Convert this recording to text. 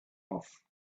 off